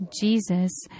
Jesus